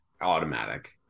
automatic